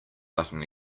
button